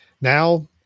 Now